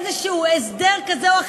להצעת החוק הזאת לא הוגשו הסתייגויות,